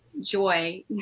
joy